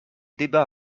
débats